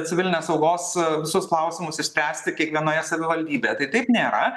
civilinės saugos visus klausimus išspręsti kiekvienoje savivaldybėje tai taip nėra